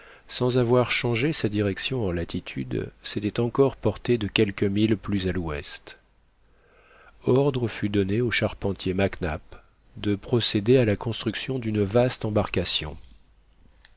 sans avoir changé sa direction en latitude s'était encore portée de quelques milles plus à l'ouest ordre fut donné au charpentier mac nap de procéder à la construction d'une vaste embarcation